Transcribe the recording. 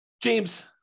James